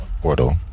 Portal